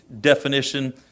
definition